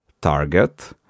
target